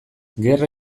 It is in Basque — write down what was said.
gerra